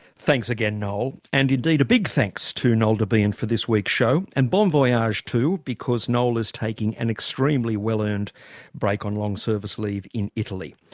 thanks again, noel, and indeed a big thanks to noel debien for this week's show, and bon voyage too, because noel is taking an extremely well-earned break on long service leave in italy.